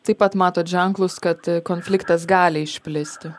taip pat matot ženklus kad konfliktas gali išplisti